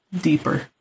deeper